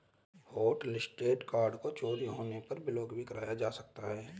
hotlisted card को चोरी हो जाने पर ब्लॉक भी कराया जा सकता है